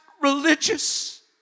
religious